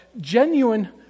genuine